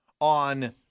on –